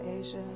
Asia